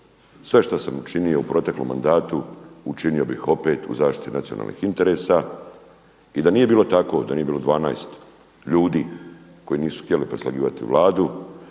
sve što sam učinio u proteklom mandatu učinio bih opet u zaštiti nacionalnih interesa. I da nije bilo tako, da nije bilo 12 ljudi koji nisu htjeli preslagivati Vladu